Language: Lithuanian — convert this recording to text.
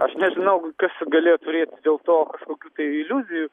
aš nežinau kas čia galėjo turėti dėl to kokių tai iliuzijų